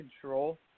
control